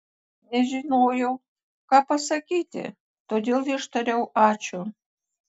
nežinojau ką pasakyti todėl ištariau ačiū